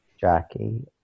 Jackie